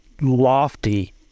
lofty